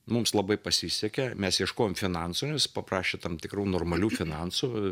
mums labai pasisekė mes ieškojom finansų nes paprašė tam tikrų normalių finansų